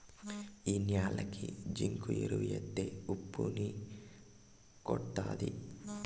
ఈ న్యాలకి జింకు ఎరువు ఎత్తే ఉప్పు ని కొట్టేత్తది